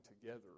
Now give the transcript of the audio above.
together